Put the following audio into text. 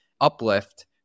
uplift